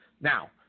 Now